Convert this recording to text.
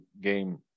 game